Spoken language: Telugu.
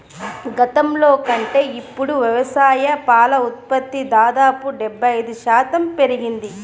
గతంలో కంటే ఇప్పుడు వ్యవసాయ పాల ఉత్పత్తి దాదాపు డెబ్బై ఐదు శాతం పెరిగింది